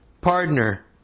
partner